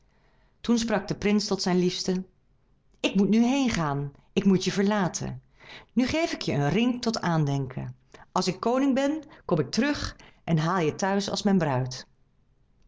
toen sprak de prins tot zijn liefste ik moet nu heêngaan ik moet je verlaten nu geef ik je een ring tot aandenken als ik koning ben kom ik terug en haal je thuis als mijn bruid